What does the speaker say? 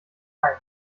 keim